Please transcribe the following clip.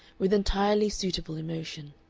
with entirely suitable emotion.